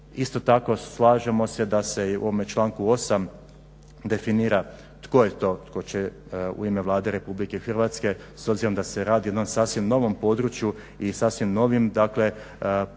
Isto tako slažemo se da u ovom članku 8.definira tko je to tko će u ime Vlade RH s obzirom da se radi o jednom sasvim novom području i sasvim novim političkim